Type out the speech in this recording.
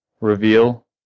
reveal